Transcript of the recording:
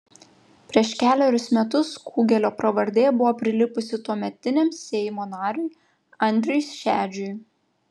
prieš kelerius metus kugelio pravardė buvo prilipusi tuometiniam seimo nariui andriui šedžiui